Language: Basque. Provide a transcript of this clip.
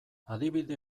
adibide